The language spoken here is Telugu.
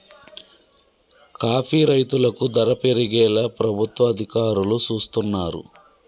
కాఫీ రైతులకు ధర పెరిగేలా ప్రభుత్వ అధికారులు సూస్తున్నారు